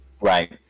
Right